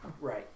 right